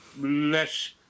less